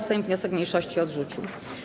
Sejm wniosek mniejszości odrzucił.